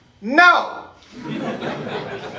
No